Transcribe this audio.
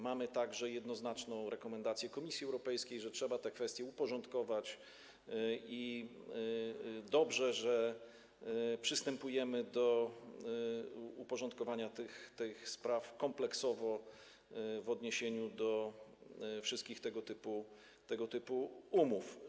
Mamy także jednoznaczną rekomendację Komisji Europejskiej, że trzeba te kwestie uporządkować, i dobrze, że przystępujemy do uporządkowania tych spraw kompleksowo w odniesieniu do wszystkich tego typu umów.